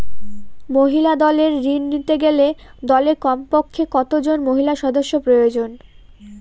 মহিলা দলের ঋণ নিতে গেলে দলে কমপক্ষে কত জন মহিলা সদস্য প্রয়োজন?